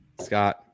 Scott